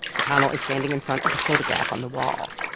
mcconnell is standing in front of a photograph on the wall.